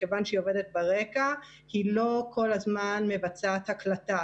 מכיוון שהיא עובדת ברקע היא לא כל הזמן מבצעת הקלטה.